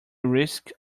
risk